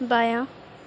بایاں